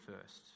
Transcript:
first